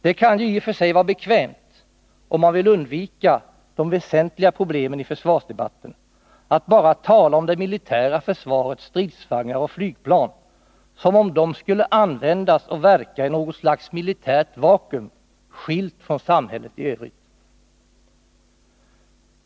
Det kan ju i och för sig vara bekvämt, om man vill undvika de väsentliga problemen i försvarsdebatten, att bara tala om det militära försvarets stridsvagnar och flygplan, som om de skulle användas och verka i något slags militärt vakuum, skilda från samhället i övrigt.